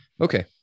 Okay